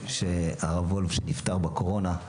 שהרב וולף שנפטר בקורונה,